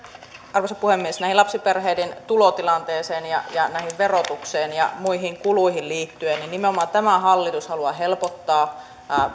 arvoisa puhemies näihin lapsiperheiden tulotilanteeseen ja verotukseen ja muihin kuluihin liittyen nimenomaan tämä hallitus haluaa helpottaa näiden tilannetta